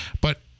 but-